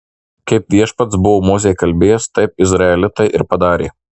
kaip viešpats buvo mozei kalbėjęs taip izraelitai ir padarė